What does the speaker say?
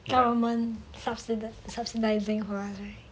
government subsidise subsidising for us right